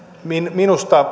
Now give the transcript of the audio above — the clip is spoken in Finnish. minusta